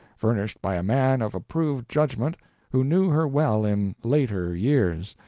furnished by a man of approved judgment who knew her well in later years.